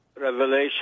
revelation